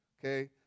okay